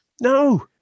No